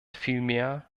vielmehr